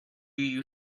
you